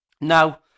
Now